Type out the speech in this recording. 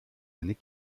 années